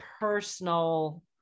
personal